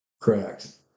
Correct